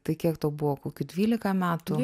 tai kiek tau buvo kokių dvylika metų